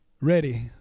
ready